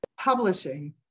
publishing